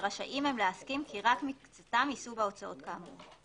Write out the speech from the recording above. ורשאים הם להסכים כי רק מקצתם יישאו בהוצאות כאמור.